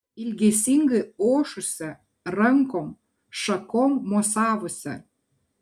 ilgesingai ošusia rankom šakom mosavusia